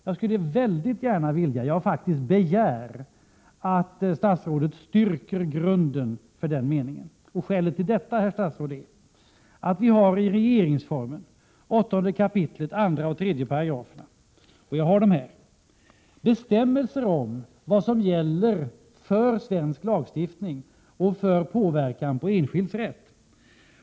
Jag begär att statsrådet styrker grunden för den meningen. Skälet till detta, herr statsråd, är att det i regeringsformen 8 kap. 2 och 3 §§ finns bestämmelser om vad som gäller för svensk lagstiftning och för påverkan på enskilds rätt.